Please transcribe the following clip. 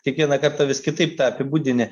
kiekvieną kartą vis kitaip tą apibūdinę